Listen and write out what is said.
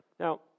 Now